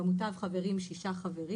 במוטב חברים שישה חברים.